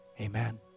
Amen